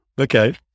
Okay